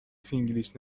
فینگلیش